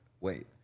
wait